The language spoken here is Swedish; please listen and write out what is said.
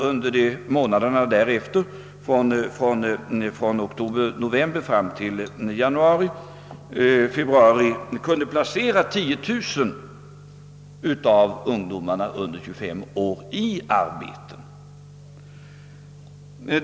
Under månaderna från oktober—november till januari—februari placerades 10 000 ungdomar under 25 år i arbete.